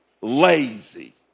lazy